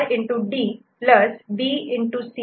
D A'